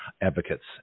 advocates